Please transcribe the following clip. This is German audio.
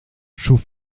schuf